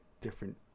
different